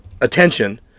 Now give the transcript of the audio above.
attention